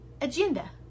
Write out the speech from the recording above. agenda